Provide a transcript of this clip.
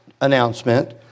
announcement